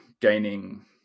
gaining